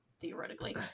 theoretically